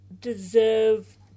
deserve